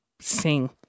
sing